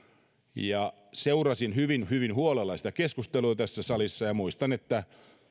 seurasin hyvin hyvin huolella sitä keskustelua tässä salissa ja muistan että